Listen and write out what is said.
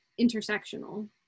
intersectional